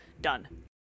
done